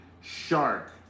shark